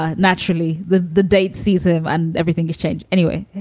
ah naturally the the date sees him and everything has changed. anyway,